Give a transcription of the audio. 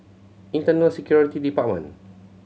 Internal Security Department